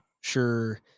sure